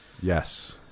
Yes